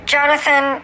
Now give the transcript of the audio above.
Jonathan